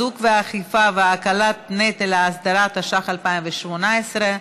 (חיזוק האכיפה והקלת נטל האסדרה), התשע"ח 2018,